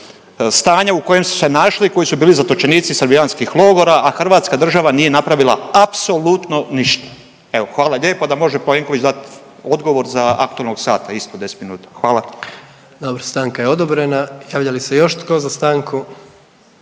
stanje u kojem su se našli i koji su bili zatočenici srbijanskih logora, a Hrvatska država nije napravila apsolutno ništa. Evo, hvala vam lijepa da može Plenković dati odgovor za aktualnog sata ispod 10 minuta. Hvala. **Jandroković, Gordan (HDZ)** Dobro, stanka je odobrene. Javlja li se još tko za stanku?